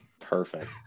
Perfect